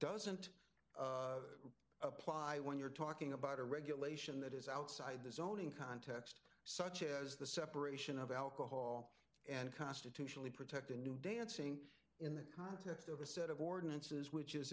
doesn't apply when you're talking about a regulation that is outside the zoning context such as the separation of alcohol and constitutionally protected new dancing in the context of a set of ordinances which is